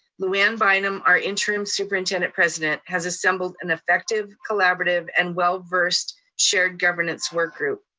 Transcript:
lou-anne bynum, our interim superintendent-president has assembled an effective, collaborative, and well-versed shared governance work group.